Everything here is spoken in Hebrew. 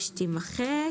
תימחק,